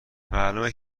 معلومه